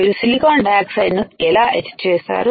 మీరు silicon dioxide ను ఎలా ఎచ్ చేస్తారు